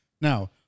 Now